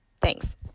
Thanks